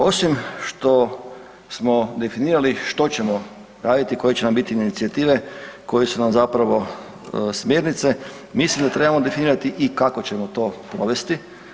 Osim što smo definirali što ćemo raditi i koje će nam biti inicijative koje su nam zapravo smjernice, mislim da trebamo definirati i kako ćemo to provesti.